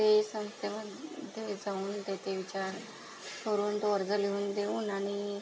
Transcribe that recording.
ते संस्थेमध्ये जाऊन तेथे विचार करून तो अर्ज लिहून देऊन आणि